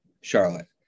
charlotte